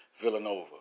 Villanova